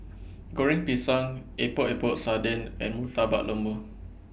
Goreng Pisang Epok Epok Sardin and Murtabak Lembu